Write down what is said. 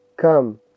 come